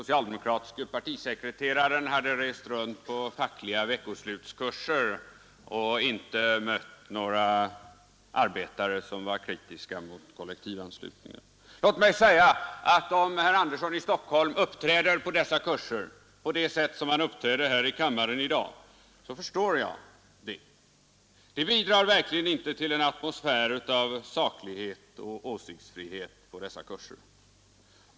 ir mött några arbetare som var kritiska mot kollektivanslutningen. Låt mig säga att om herr Sten Andersson i Stockholm vid dessa kurser uppträtt på det sätt som han uppträder här i kammaren i dag, förstår jag det. Det bidrar verkligen inte till en atmosfär av saklighet och fri åsiktsbildning på dessa kurser.